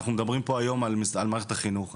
אנחנו מדברים פה היום על מערכת החינוך,